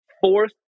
fourth